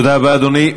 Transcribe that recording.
תודה רבה, אדוני.